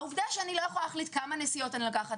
העובדה שאני לא יכולה להחליט כמה נסיעות אני לוקחת,